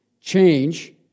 change